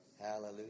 Hallelujah